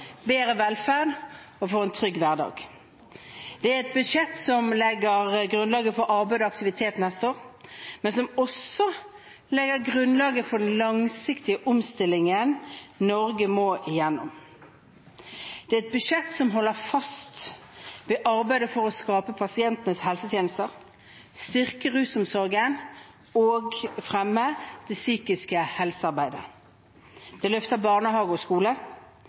bedre velferd og for en trygg hverdag. Det er et budsjett som legger grunnlaget for arbeid og aktivitet neste år, men som også legger grunnlaget for den langsiktige omstillingen Norge må igjennom. Det er et budsjett som holder fast ved arbeidet for å skape pasientens helsetjeneste, styrker rusomsorgen og fremmer det psykiske helsearbeidet. Det løfter barnehage og skole,